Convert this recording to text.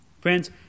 Friends